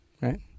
right